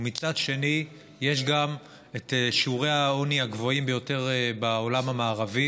ומצד שני יש גם את שיעורי העוני הגבוהים ביותר בעולם המערבי.